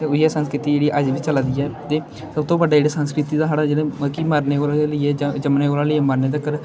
ते उ'इयै संस्कृति जेह्ड़ी अजें बी चला दी ऐ ते सब्भ तो बड्डे जेह्ड़े संस्कृति दा साढ़ा जेह्ड़ा मतलब कि मरने कोला लेइयै ज जम्मने कोला लेइयै मरने तकर